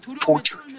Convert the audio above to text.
tortured